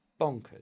bonkers